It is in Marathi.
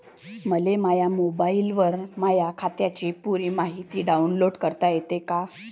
मले माह्या मोबाईलवर माह्या खात्याची पुरी मायती डाऊनलोड करता येते का?